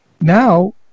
Now